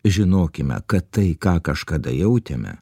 žinokime kad tai ką kažkada jautėme